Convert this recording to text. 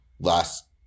last